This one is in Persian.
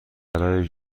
برای